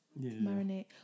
Marinate